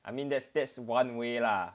I mean that's that's one way lah